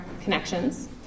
Connections